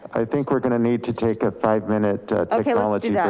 i think we're gonna need to take a five minute technology yeah